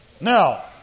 Now